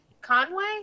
Conway